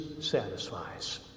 satisfies